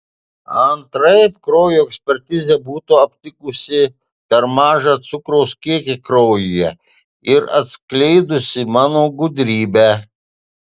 antraip kraujo ekspertizė būtų aptikusi per mažą cukraus kiekį kraujyje ir atskleidusi mano gudrybę